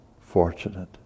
fortunate